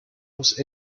was